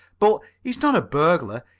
but he's not a burglar.